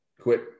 quit